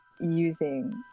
using